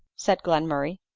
said glenmurray.